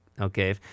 okay